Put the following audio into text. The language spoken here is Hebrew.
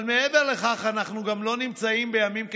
אבל מעבר לכך, אנחנו לא נמצאים בימים כתיקונם.